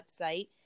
website